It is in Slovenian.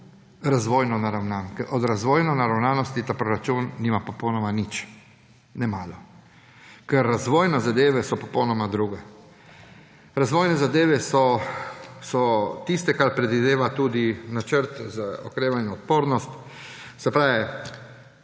razvojno naravnan. Ker od razvojno naravnanosti ta proračun nima popolnoma nič, ne malo. Ker razvojne zadeve so popolnoma druge. Razvojne zadeve so tiste, kar predvideva tudi Načrt za okrevanje in odpornost. Se pravi,